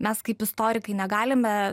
mes kaip istorikai negalime